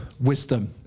wisdom